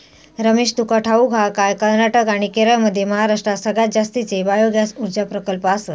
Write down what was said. रमेश, तुका ठाऊक हा काय, कर्नाटक आणि केरळमध्ये महाराष्ट्रात सगळ्यात जास्तीचे बायोगॅस ऊर्जा प्रकल्प आसत